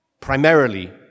Primarily